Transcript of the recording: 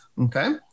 Okay